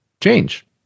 change